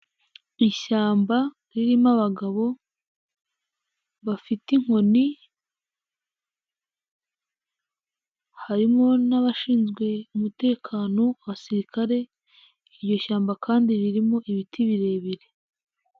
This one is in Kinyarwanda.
Ishyamba ririmo abagabo bafite inkoni, harimo n'abashinzwe umutekano abasirikare, iri shyamba kandi ririmo ibiti birebire.